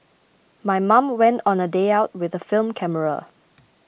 my mom went on a day out with a film camera